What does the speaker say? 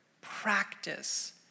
practice